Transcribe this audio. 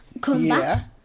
comeback